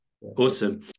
Awesome